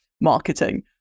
marketing